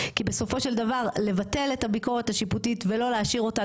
כי בסופו של דבר לבטל את הביקורת השיפוטית ולא להשאיר אותה,